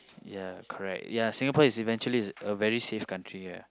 ya correct ya Singapore is eventually a very safe country lah